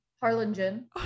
Harlingen